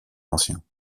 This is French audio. anciens